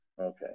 okay